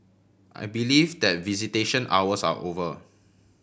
I believe that visitation hours are over